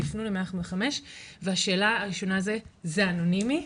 תפנו ל-105 והשאלה הראשונה זה: זה אנונימי?